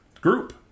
group